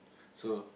so